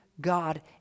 God